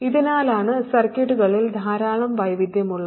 ഇതിനാലാണ് സർക്യൂട്ടുകളിൽ ധാരാളം വൈവിധ്യമുള്ളത്